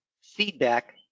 feedback